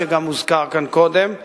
כאן הרשות